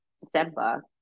December